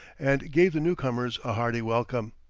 and gave the new comers a hearty welcome.